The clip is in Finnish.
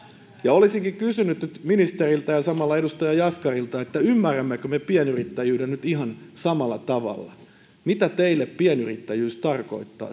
olisinkin kysynyt nyt ministeriltä ja samalla edustaja jaskarilta ymmärrämmekö me pienyrittäjyyden nyt ihan samalla tavalla mitä teille pienyrittäjyys tarkoittaa